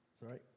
Sorry